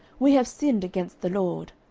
we have sinned against the lord.